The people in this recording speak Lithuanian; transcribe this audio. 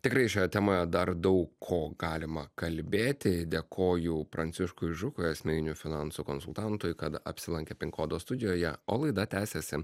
tikrai šioje temoje dar daug ko galima kalbėti dėkoju pranciškui žukui asmeninių finansų konsultantui kad apsilankė pin kodo studijoje o laida tęsiasi